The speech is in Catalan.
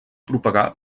propagar